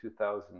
2000